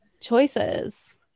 Choices